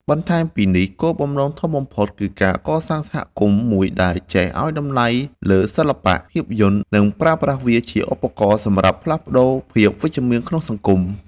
បន្ថែមពីនេះ គោលបំណងធំបំផុតគឺការកសាងសហគមន៍មួយដែលចេះឱ្យតម្លៃលើសិល្បៈភាពយន្ត និងប្រើប្រាស់វាជាឧបករណ៍សម្រាប់ផ្លាស់ប្តូរភាពវិជ្ជមានក្នុងសង្គម។